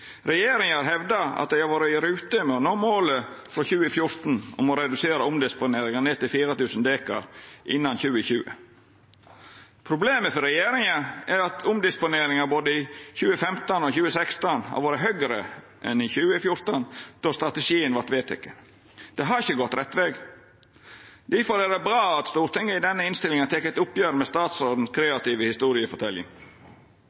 Regjeringa har hevda at dei har vore i rute med å nå målet frå 2014 om å redusera omdisponeringa ned til 4 000 dekar innan 2020. Problemet for regjeringa er at omdisponeringa i både 2015 og 2016 har vore høgare enn i 2014, då strategien vart vedteken. Det har ikkje gått rette vegen. Difor er det bra at Stortinget i denne innstillinga tek eit oppgjer med den kreative historieforteljinga til statsråden.